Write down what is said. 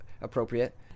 appropriate